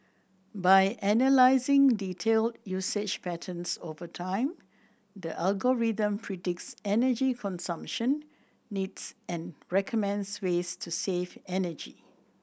by analysing detailed usage patterns over time the algorithm predicts energy consumption needs and recommends ways to save energy